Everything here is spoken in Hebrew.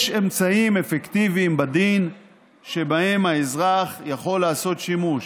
יש אמצעים אפקטיביים בדין שבהם האזרח יכול לעשות שימוש.